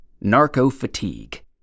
Narco-fatigue